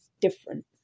different